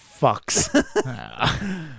fucks